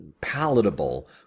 palatable